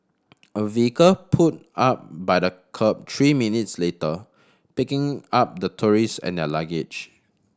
a vehicle pulled up by the kerb three minutes later picking up the tourist and their luggage